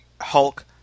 Hulk